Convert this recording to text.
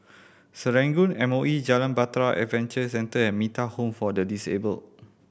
Serangoon M O E Jalan Bahtera Adventure Centre and Metta Home for the Disabled